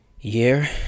year